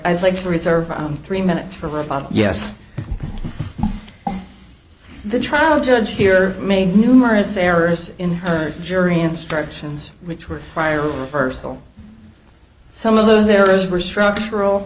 i'd like to reserve three minutes for robots yes the trial judge here made numerous errors in her jury instructions which were prior personal some of those errors were structural